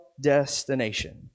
destination